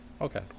okay